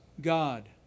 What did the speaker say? God